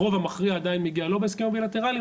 הרוב המכריע עדיין מגיע לא בהסכם הבילטרלי,